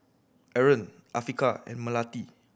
Aaron Afiqah and Melati